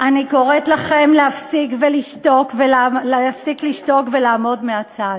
אני קוראת לכם להפסיק לשתוק ולעמוד מהצד.